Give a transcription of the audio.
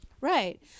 Right